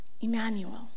Emmanuel